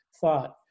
thought